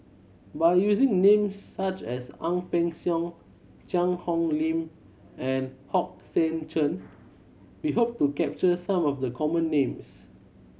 by using names such as Ang Peng Siong Cheang Hong Lim and Hong Sek Chern we hope to capture some of the common names